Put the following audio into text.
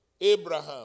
Abraham